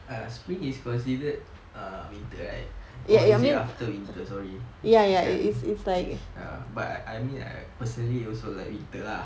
err spring is considered err winter right or is it after winter sorry kan ya but I I mean I personally also like winter lah